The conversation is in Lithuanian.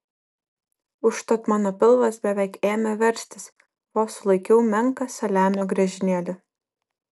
užtat mano pilvas beveik ėmė verstis vos sulaikiau menką saliamio griežinėlį